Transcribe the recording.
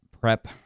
prep